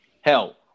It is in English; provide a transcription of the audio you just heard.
Hell